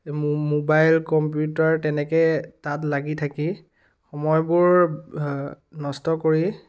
mobile computer তেনেকৈ তাত লাগি থাকি সময়বোৰ নষ্ট কৰি